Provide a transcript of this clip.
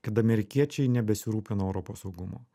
kad amerikiečiai nebesirūpina europos saugumu